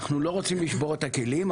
אנחנו לא רוצים לשבור את הכלים,